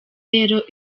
rero